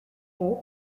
for